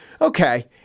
Okay